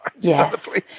Yes